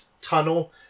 tunnel